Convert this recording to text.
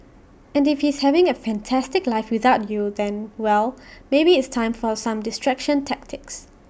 and if he's having A fantastic life without you then well maybe it's time for some distraction tactics